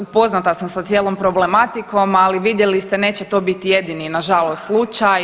Upoznata sam sa cijelom problematikom ali vidjeli ste neće to bi jedini nažalost slučaj.